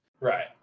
Right